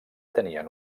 tenien